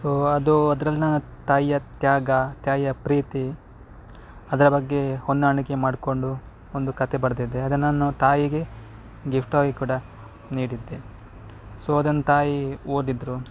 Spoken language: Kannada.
ಸೊ ಅದು ಅದ್ರಲ್ಲಿ ನಾ ತಾಯಿಯ ತ್ಯಾಗ ತಾಯಿಯ ಪ್ರೀತಿ ಅದರ ಬಗ್ಗೆ ಹೊಂದಾಣಿಕೆ ಮಾಡಿಕೊಂಡು ಒಂದು ಕಥೆ ಬರೆದಿದ್ದೆ ಅದನ್ನು ನಾ ತಾಯಿಗೆ ಗಿಫ್ಟಾಗಿ ಕೂಡ ನೀಡಿದ್ದೆ ಸೊ ಅದನ್ನು ತಾಯಿ ಓದಿದ್ದರು